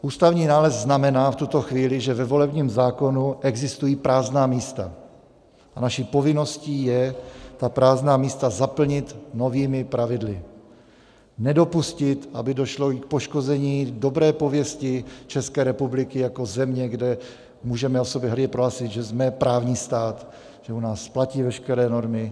Ústavní nález znamená v tuto chvíli, že ve volebním zákonu existují prázdná místa, a naší povinností je zaplnit ta prázdná místa novými pravidly, nedopustit, aby došlo k poškození dobré pověsti České republiky jako země, kde můžeme o sobě hrdě prohlásit, že jsme právní stát, že u nás platí veškeré normy.